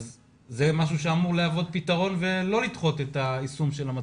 זה משהו שאמור להוות פתרון ולא לדחות את יישום התקנת המצלמות.